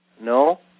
No